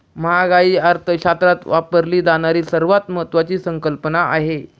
महागाई अर्थशास्त्रात वापरली जाणारी सर्वात महत्वाची संकल्पना आहे